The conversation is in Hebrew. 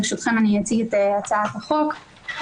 היא אי כניסה של עובדים פלסטינים לישראל.